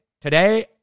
today